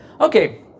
Okay